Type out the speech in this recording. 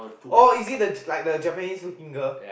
oh is it the j~ like the Japanese looking girl